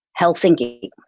Helsinki